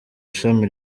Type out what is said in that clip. ishami